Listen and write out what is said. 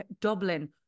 Dublin